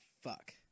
fuck